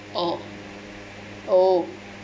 oh oh